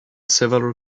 several